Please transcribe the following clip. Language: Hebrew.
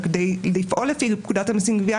ובכדי לפעול לפי פקודת המיסים גבייה,